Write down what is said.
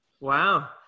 Wow